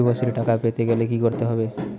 যুবশ্রীর টাকা পেতে গেলে কি করতে হবে?